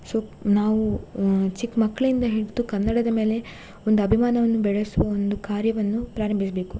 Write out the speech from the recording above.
so ನಾವು ಚಿಕ್ಕ ಮಕ್ಕಳಿಂದ ಹಿಡಿದು ಕನ್ನಡದ ಮೇಲೆ ಒಂದು ಅಭಿಮಾನವನ್ನು ಬೆಳೆಸುವ ಒಂದು ಕಾರ್ಯವನ್ನು ಪ್ರಾರಂಭಿಸಬೇಕು